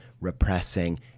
repressing